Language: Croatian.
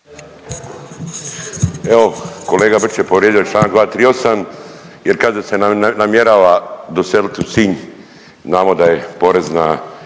Evo kolega Brčić je povrijedio čl. 238. jer kada se namjerava doseliti u Sinj. Znamo da je porez na